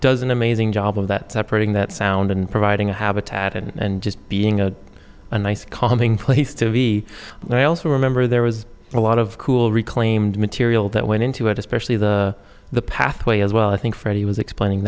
doesn't amazing job of that separating that sound and providing a habitat and just being a nice calming place to be and i also remember there was a lot of cool reclaimed material that went into it especially the the pathway as well i think freddie was explaining